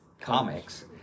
Comics